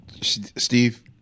Steve